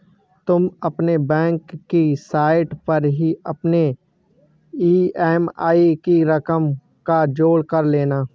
तुम अपने बैंक की साइट पर ही अपने ई.एम.आई की रकम का जोड़ कर लेना